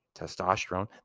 testosterone